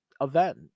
event